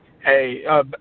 Hey